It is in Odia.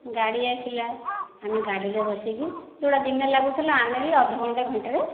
ଗାଡ଼ି ଆସିଲା ଆମେ ଗାଡ଼ିରେ ବସିକି ଯେଉଁଟା ଦିନେ ଲାଗୁଥିଲା ଅମେ ବି ଅଧଘଣ୍ଟା ଘଣ୍ଟାରେ